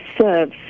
serves